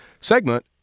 segment